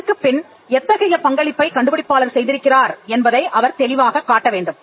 அதற்குப்பின் எத்தகைய பங்களிப்பை கண்டுபிடிப்பாளர் செய்திருக்கிறார் என்பதை அவர் தெளிவாகக் காட்ட வேண்டும்